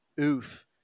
oof